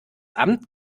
amt